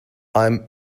i’m